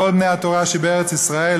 כל בני התורה שבארץ ישראל,